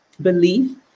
belief